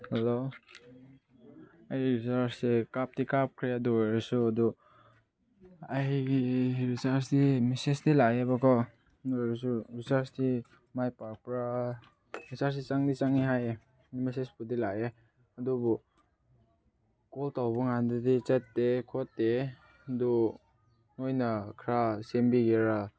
hello ꯑꯩ ꯔꯤꯆꯥꯔꯖꯁꯦ ꯀꯥꯞꯇꯤ ꯀꯥꯞꯈ꯭ꯔꯦ ꯑꯗꯨ ꯑꯣꯏꯔꯁꯨ ꯑꯗꯨ ꯑꯩꯒꯤ ꯔꯤꯆꯥꯔꯖꯇꯤ ꯃꯦꯁꯦꯁꯇꯤ ꯂꯥꯛꯑꯦꯕꯀꯣ ꯑꯗꯨ ꯑꯣꯏꯔꯁꯨ ꯔꯤꯆꯥꯔꯖꯇꯤ ꯃꯥꯏ ꯄꯥꯛꯄ꯭ꯔ ꯔꯤꯆꯥꯔꯖꯁꯤ ꯆꯪꯗꯤ ꯆꯪꯉꯦ ꯍꯥꯏꯌꯦ ꯃꯦꯁꯦꯁꯄꯨꯗꯤ ꯂꯥꯛꯑꯦ ꯑꯗꯨꯕꯨ ꯀꯣꯜ ꯇꯧꯕ ꯀꯥꯟꯗꯗꯤ ꯆꯠꯇꯦ ꯈꯣꯠꯇꯦ ꯑꯗꯨ ꯅꯣꯏꯅ ꯈꯔ ꯁꯦꯝꯕꯤꯒꯦꯔ